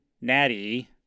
natty